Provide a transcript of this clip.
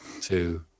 two